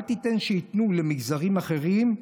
אל תיתן שייתנו למגזרים אחרים,